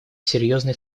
серьезной